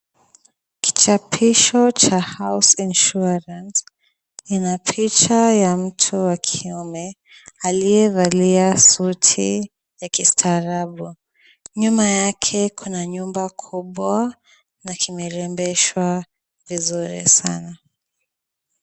Kichapisho cha house insurance ,ina picha ya mtu wa wakiume aliyevalia suti ya kistaarabu. Nyuma yake kuna nyumba kubwa na kimerembeshwa vizuri sana.